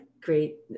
great